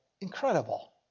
incredible